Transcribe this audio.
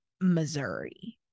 Missouri